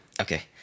Okay